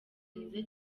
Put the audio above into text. mwiza